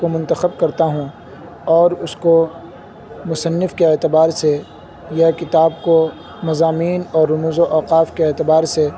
کو منتخب کرتا ہوں اور اس کو مصنف کے اعتبار سے یا کتاب کو مضامین اور رموز و اوقاف کے اعتبار سے